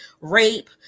rape